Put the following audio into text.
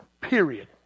Period